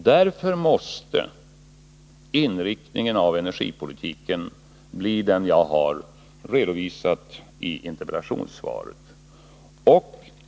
Därför måste inriktningen av energipolitiken bli den jag har redovisat i interpellationssvaret.